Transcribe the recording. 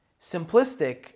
simplistic